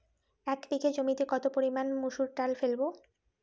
এক বিঘে জমিতে কত পরিমান মুসুর ডাল ফেলবো?